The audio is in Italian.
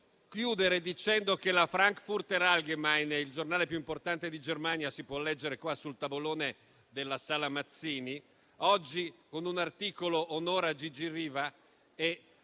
terminare dicendo che la «Frankfurter Allgemeine Zeitung», il giornale più importante della Germania, che si può leggere sul tavolone della Sala Mazzini, oggi con un articolo onora Gigi Riva e